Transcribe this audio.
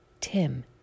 Tim